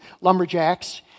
Lumberjacks